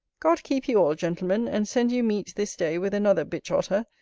god keep you all, gentlemen and send you meet, this day, with another bitch-otter,